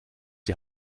die